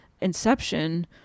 inception